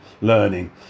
learning